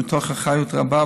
מתוך אחריות רבה,